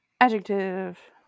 Adjective